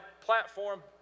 platform